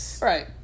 Right